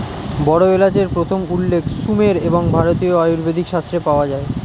বড় এলাচের প্রথম উল্লেখ সুমের এবং ভারতীয় আয়ুর্বেদিক শাস্ত্রে পাওয়া যায়